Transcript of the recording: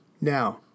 now